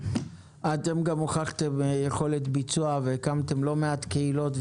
אתם גם הוכחתם יכולת ביצוע והקמתם לא מעט קהילות,